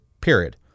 period